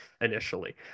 initially